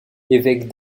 évêque